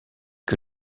que